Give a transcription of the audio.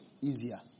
easier